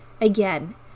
Again